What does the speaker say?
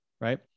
right